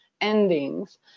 endings